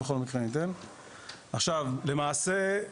למעשה,